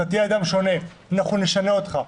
אתה תהיה אדם שונה, אנחנו נשנה אותך.